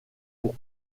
pour